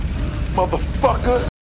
motherfucker